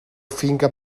finca